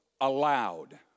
allowed